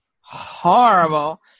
horrible